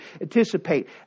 anticipate